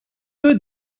peu